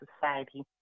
Society